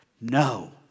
No